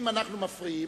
אם אתם מפריעים,